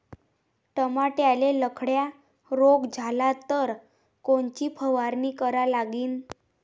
टमाट्याले लखड्या रोग झाला तर कोनची फवारणी करा लागीन?